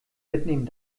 mitnehmen